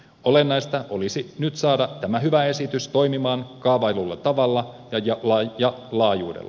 olennaista olisi nyt saada tämä hyvä esitys toimimaan kaavaillulla tavalla ja laajuudella